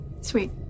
Sweet